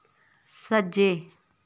सज्जै